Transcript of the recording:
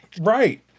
Right